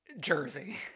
Jersey